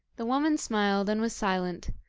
the woman smiled and was silent,